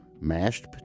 mashed